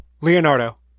Leonardo